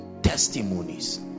testimonies